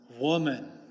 Woman